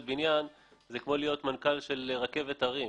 בניין זה כמו להיות מנכ"ל של רכבת הרים,